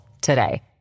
today